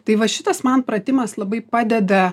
tai va šitas man pratimas labai padeda